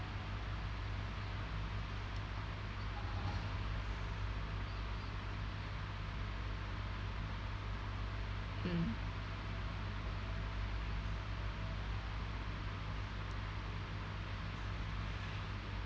mm